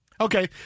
Okay